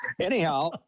anyhow